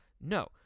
No